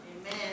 Amen